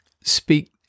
speak